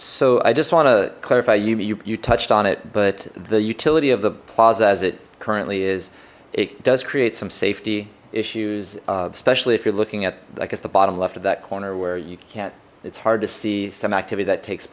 so i just want to clarify you touched on it but the utility of the plaza as it currently is it does create some safety issues especially if you're looking at i guess the bottom left of that corner where you can't it's hard to see some activity that takes